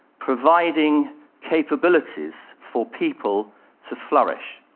providing capabilities for people to flourish.